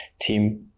team